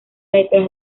detrás